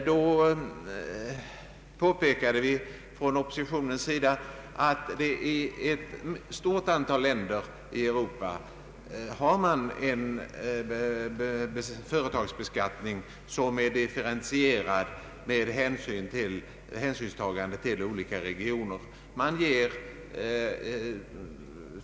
Då påpekades det från oppositionens sida att ett stort antal länder i Europa har en företagsbeskattning som är differentierad med hänsynstagande till olika regioner.